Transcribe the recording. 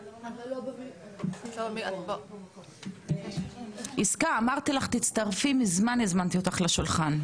יסכה, אמרתי לך תצטרפי, מזמן הזמנתי אותך לשולחן.